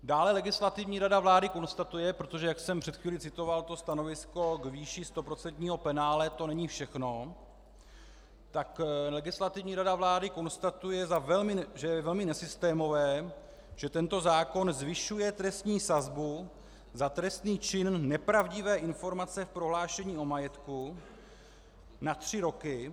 Dále Legislativní rada vlády konstatuje, protože jak jsem před chvílí citoval to stanovisko k výši stoprocentního penále, to není všechno, tak Legislativní rada vlády konstatuje, že je velmi nesystémové, že tento zákon zvyšuje trestní sazbu za trestný čin nepravdivé informace v prohlášení o majetku na tři roky.